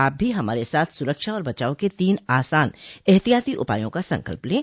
आप भी हमारे साथ सुरक्षा और बचाव के तीन आसान एहतियाती उपायों का संकल्प लें